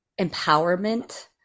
Empowerment